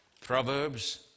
Proverbs